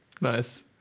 Nice